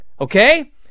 okay